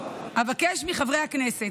אבקש מחברי הכנסת,